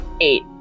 Eight